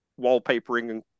wallpapering